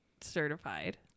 certified